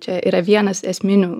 čia yra vienas esminių